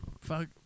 fuck